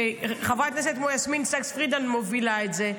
וכשחברת כנסת כמו יסמין סאקס פרידמן מובילה את זה,